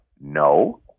no